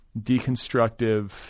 deconstructive